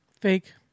Fake